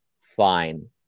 fine